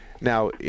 Now